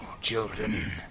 children